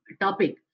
topic